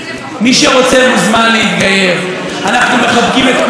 מי שרוצה מוזמן להתגייר, אנחנו מחבקים את כולם.